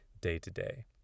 day-to-day